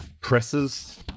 Presses